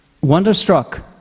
wonderstruck